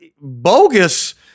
bogus